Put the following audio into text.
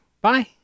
Bye